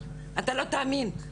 אתה לא תאמין?